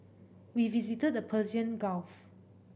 we visited the Persian Gulf